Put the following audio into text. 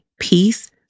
peace